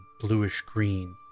bluish-green